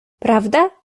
prawda